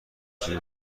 سوری